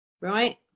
right